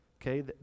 Okay